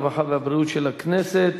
הרווחה והבריאות נתקבלה.